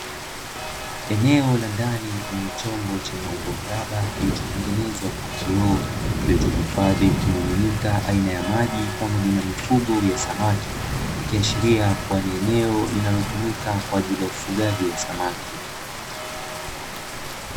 Eneo la ndani lenye chombo chenye umbo mraba kilichotengenezwa kwa kioo, kilichohifadhi kimiminika aina ya maji, pamoja na mifugo ya samaki, ikiashiria kuwa ni eneo linalotumika kwa ajili ya ufugaji wa samaki.